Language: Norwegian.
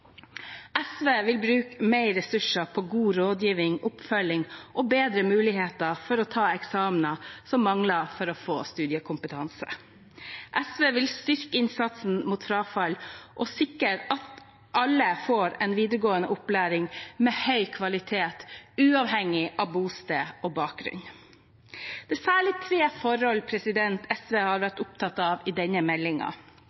SV vil bruke mer ressurser på god rådgivning, oppfølging og bedre muligheter for å ta eksamener som mangler for å få studiekompetanse. SV vil styrke innsatsen mot frafall og sikre at alle får en videregående opplæring med høy kvalitet uavhengig av bosted og bakgrunn. Det er særlig tre forhold SV har